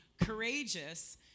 Courageous